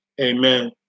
amen